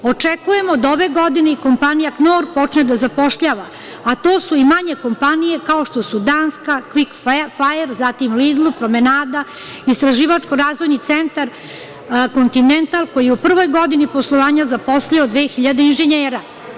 Očekujemo da ove godine i kompanija „Knor“ počne da zapošljava, a tu su i manje kompanije, kako što su danska „Kvik fajer“, zatim, „Lidl“, „Promenada“, Istraživačko-razvojni centar „Kontinental“, koji je u prvoj godini poslovanja zaposlio 2.000 inženjera.